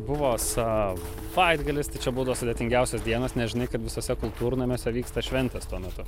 buvo savaitgalis tai čia būdavo sudėtingiausios dienos nes žinai kad visuose kultūrnamiuose vyksta šventės tuo metu